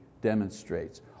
demonstrates